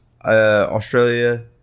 Australia